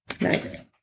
Nice